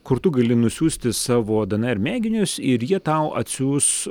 kur tu gali nusiųsti savo dnr mėginius ir jie tau atsiųs